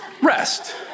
rest